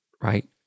right